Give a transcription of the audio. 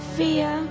fear